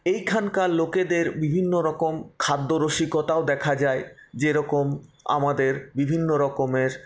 এইখানকার লোকেদের বিভিন্ন রকম খাদ্যরসিকতাও দেখা যায় যেরকম আমাদের বিভিন্ন রকমের